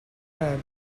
web